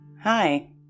Hi